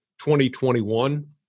2021